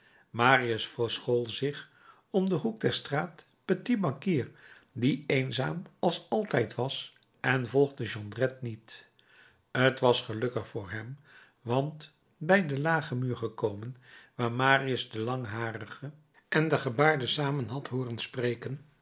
marius verschool zich om den hoek der straat petit banquier die eenzaam als altijd was en volgde jondrette niet t was gelukkig voor hem want bij den lagen muur gekomen waar marius den langharige en den gebaarde samen had hooren spreken